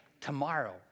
tomorrow